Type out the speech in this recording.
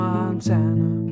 Montana